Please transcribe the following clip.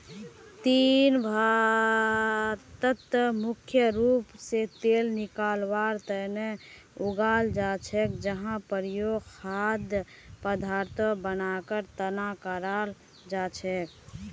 तिल भारतत मुख्य रूप स तेल निकलवार तना उगाल जा छेक जहार प्रयोग खाद्य पदार्थक बनवार तना कराल जा छेक